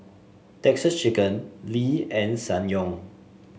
Texas Chicken Lee and Ssangyong